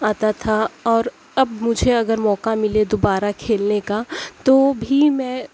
آتا تھا اور اب مجھے اگر موقع ملے دوبارہ کھیلنے کا تو بھی میں